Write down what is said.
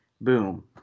Boom